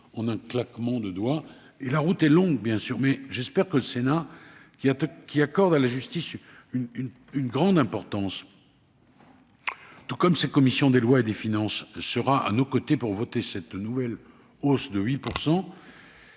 en un claquement de doigts. La route est longue, bien sûr, mais j'espère que le Sénat, qui accorde à la justice une grande importance, à l'instar de ses commissions des lois et des finances, sera à nos côtés pour voter cette nouvelle hausse de 8